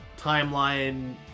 timeline